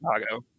Chicago